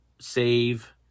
save